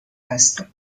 هستیم